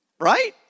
Right